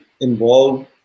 involve